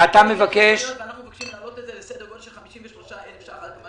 אנחנו מבקשים להעלות את זה ל-53 אלף ₪.